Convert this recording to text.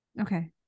Okay